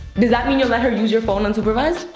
does that mean you'll let her use your phone unsupervised?